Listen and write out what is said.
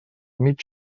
mig